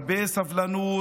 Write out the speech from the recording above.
הרבה סבלנות,